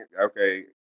okay